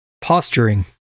posturing